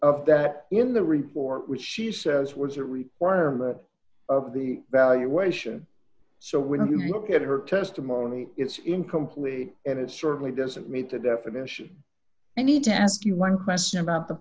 of that in the report which she says was that we were in that of the valuation so when you look at her testimony it's incomplete and it certainly doesn't meet the definition i need to ask you one question about the